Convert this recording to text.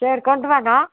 சரி கொண்டுவாங்க